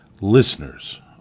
listeners